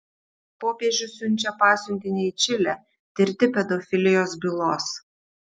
popiežius siunčia pasiuntinį į čilę tirti pedofilijos bylos